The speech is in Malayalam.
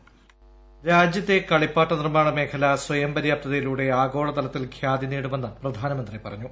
്ട്രിവോയിസ് രാജ്യത്തെ കളിപ്പാട്ട നീർമ്മാണ മേഖല സ്വയംപര്യാപ്തതയിലൂടെ ആഗോളതലത്തിൽ ഖ്യാതി നേടുമെന്ന് പ്രധാനമന്ത്രി പറഞ്ഞു